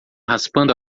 raspando